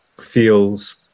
feels